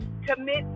Commit